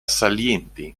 salienti